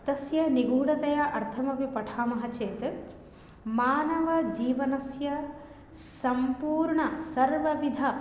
तस्य निगूढतया अर्थमपि पठामः चेत् मानवजीवनस्य सम्पूर्णः सर्वविधः